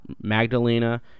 magdalena